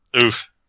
Oof